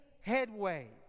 headway